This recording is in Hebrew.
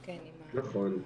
נכון.